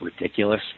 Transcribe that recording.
ridiculous